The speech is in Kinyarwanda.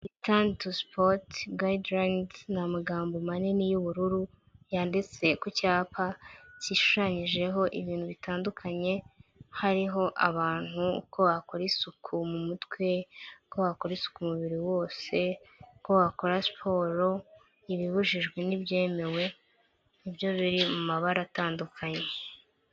Return to sport guidelines, ni amagambo manini y'ubururu, yanditse ku cyapa kishushanyijeho ibintu bitandukanye, hariho abantu uko wakora isuku mu mutwe, uko wakora isuku umubiri wose, uko wakora siporo ibibujijwe n'ibyemewe nibyo biri mu mabara atandukanye.